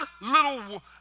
little